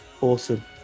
Awesome